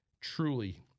Truly